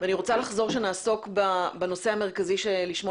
אני רוצה לחזור לעסוק בנושא המרכזי שלשמו